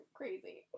crazy